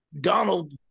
Donald